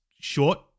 short